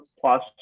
plus